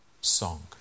song